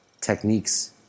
techniques